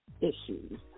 issues